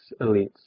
elites